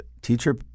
teacher